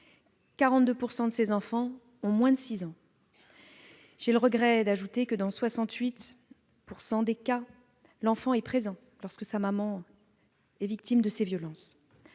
42 % de ces enfants ont moins de six ans. J'ai le regret d'ajouter que, dans 68 % des cas, l'enfant est présent lorsque sa maman est victime de ces violences.